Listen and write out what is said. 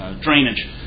drainage